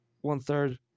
one-third